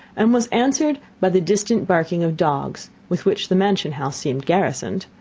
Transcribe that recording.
and was answered by the distant barking of dogs, with which the mansion-house seemed garrisoned.